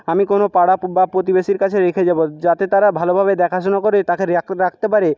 আমি কোনো পাড়া বা প্রতিবেশীর কাছে রেখে যাবো যাতে তারা ভালোভাবে দেখাশোনা করে তাকে রাখতে পারে